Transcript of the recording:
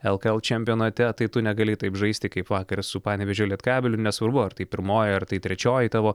lkl čempionate tai tu negali taip žaisti kaip vakaras su panevėžio lietkabeliu nesvarbu ar tai pirmoji ar tai trečioji tavo